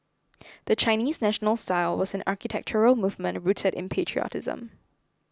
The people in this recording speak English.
the Chinese National style was an architectural movement rooted in patriotism